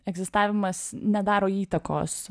egzistavimas nedaro įtakos